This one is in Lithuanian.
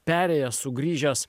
perėjęs sugrįžęs